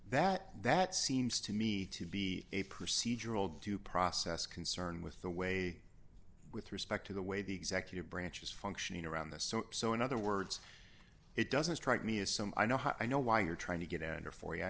that that seems to me to be a procedural due process concern with the way with respect to the way the executive branch is functioning around this so so in other words it doesn't strike me as some i know how i know why you're trying to get and are for you i